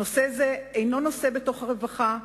נושא זה אינו נושא בתוך הרווחה,